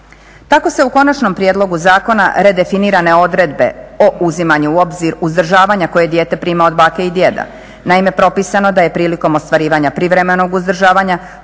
Tako se u konačnom prijedlogu zakona redefinirane odredbe o uzimanju u obzir uzdržavanja koje dijete prima od bake i djeda. Naime propisano da je prilikom ostvarivanja privremenog uzdržavanja